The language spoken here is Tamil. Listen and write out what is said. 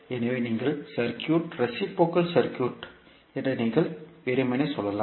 எனவே இந்த சர்க்யூட் ரேசிப்ரோகல் சர்க்யூட் என்று நீங்கள் வெறுமனே சொல்லலாம்